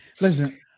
Listen